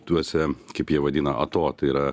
tuose kaip jie vadina ato tai yra